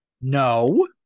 No